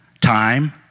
time